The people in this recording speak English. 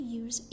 use